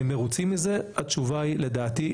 קל לזרוק את התינוק עם המים וקל להחליט לא זה.